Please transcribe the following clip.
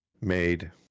made